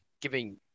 giving